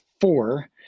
four